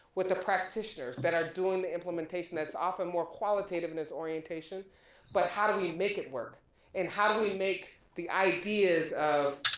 with the practitioners that are doing the implementation that's often more qualitative in it's orientation but how do we make it work and how do we make the ideas of,